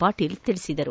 ಪಾಟೀಲ್ ತಿಳಿಸಿದರು